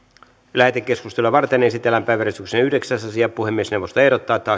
lähetekeskustelua varten esitellään päiväjärjestyksen yhdeksäs asia puhemiesneuvosto ehdottaa että